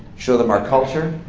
show them our culture,